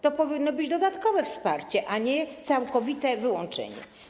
To powinno być dodatkowe wsparcie, a nie całkowite wyłączenie.